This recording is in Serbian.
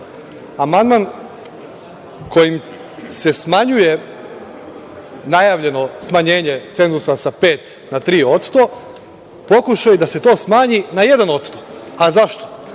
amandman kojim se smanjuje najavljeno smanjenje cenzusa sa 5% na 3%, pokušaj da se to smanji na 1%. Zašto?